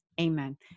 Amen